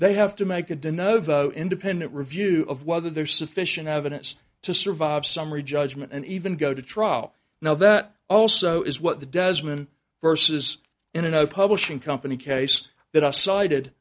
they have to make a den of independent review of whether there's sufficient evidence to survive summary judgment and even go to trial now that also is what the desmond verse is in a no publishing company case that i cited